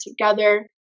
together